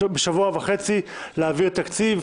משבוע וחצי להעביר תקציב,